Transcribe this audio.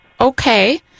okay